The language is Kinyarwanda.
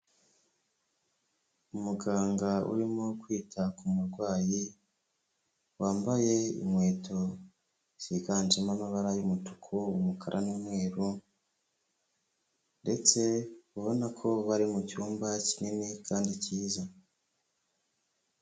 Umuganga urimo kwita ku murwayi, wambaye inkweto ziganjemo amabara y'umutuku, umukara n'umweru ndetse ubona ko bari mu cyumba kinini kandi cyiza.